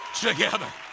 Together